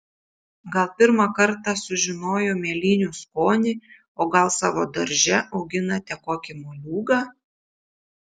gal pirmą kartą sužinojo mėlynių skonį o gal savo darže auginate kokį moliūgą